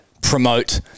promote